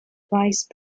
vice